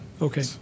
okay